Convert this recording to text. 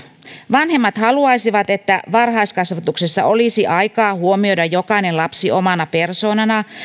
vanhemmat haluaisivat että varhaiskasvatuksessa olisi aikaa huomioida jokainen lapsi omana persoonana